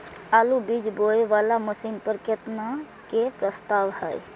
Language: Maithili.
आलु बीज बोये वाला मशीन पर केतना के प्रस्ताव हय?